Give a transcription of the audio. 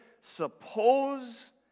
suppose